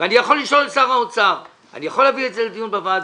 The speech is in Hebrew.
ואני יכול לשאול את שר האוצר אני יכול להביא את זה לדיון בוועדה?